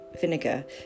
vinegar